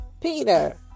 Peter